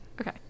Okay